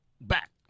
back